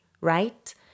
right